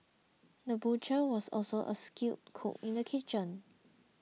the butcher was also a skilled cook in the kitchen